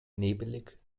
nebelig